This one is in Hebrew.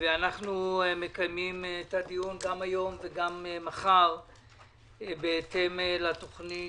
אנחנו מקיימים דיונים גם היום וגם מחר בהתאם לתוכנית.